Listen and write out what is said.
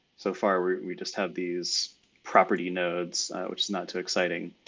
so far we just have these property nodes, which is not too exciting.